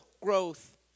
growth